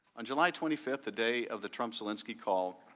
on july twenty fifth, the day of the trump-zelinski call,